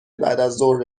بعدازظهر